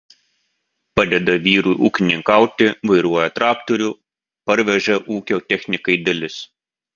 padeda vyrui ūkininkauti vairuoja traktorių parveža ūkio technikai dalis